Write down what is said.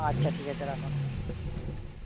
আচ্ছা ঠিক আছে রাখুন